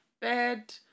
Bed